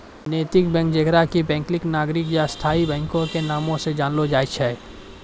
नैतिक बैंक जेकरा कि वैकल्पिक, नागरिक या स्थायी बैंको के नामो से जानलो जाय छै